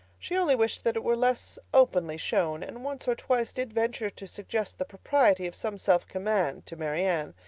she only wished that it were less openly shewn and once or twice did venture to suggest the propriety of some self-command to marianne.